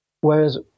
whereas